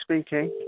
speaking